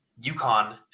UConn